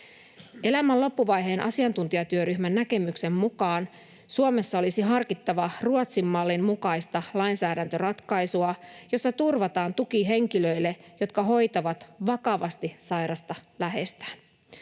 Elämän loppuvaiheen asiantuntijatyöryhmän näkemyksen mukaan Suomessa olisi harkittava Ruotsin mallin mukaista lainsäädäntöratkaisua, jossa turvataan tuki henkilöille, jotka hoitavat vakavasti sairasta läheistään.